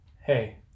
hey